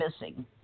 missing